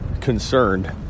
concerned